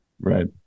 Right